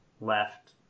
left